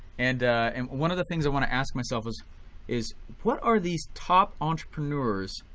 and and one of the things i wanna ask myself is is what are these top entrepreneurs